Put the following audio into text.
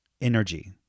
energy